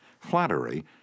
Flattery